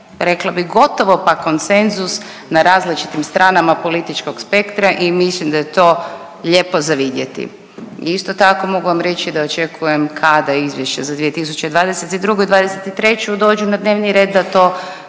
rekla bih gotovo pa konsenzus na različitim stranama političkog spektra i mislim da je to lijepo za vidjeti. I isto tako mogu vam reći da očekujem kada izvješće za 2022. i '23. dođu na dnevni red da to